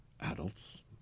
adults